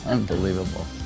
Unbelievable